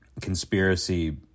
conspiracy